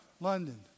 London